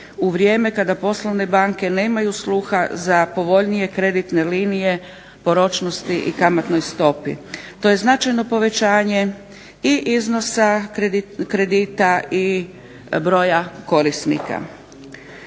u vrijeme kada poslovne banke nemaju sluha za povoljnije kreditne linije po ročnosti i kamatnoj stopi. To je značajno povećanje i iznosa kredita i broja korisnika.